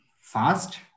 fast